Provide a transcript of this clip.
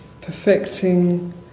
perfecting